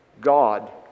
God